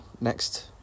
next